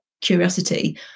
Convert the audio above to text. curiosity